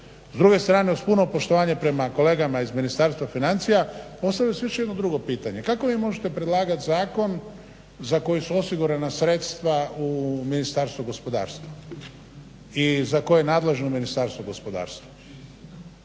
S druge strane uz puno poštovanje prema kolegama iz Ministarstva financija postavlja se još jedno drugo pitanje, kako vi možete predlagat zakon za koji su osigurana sredstva u Ministarstvu gospodarstva i za koje je nadležno Ministarstvo gospodarstva.